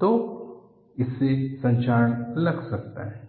तो तो इससे संक्षारण लग सकता है